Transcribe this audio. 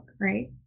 right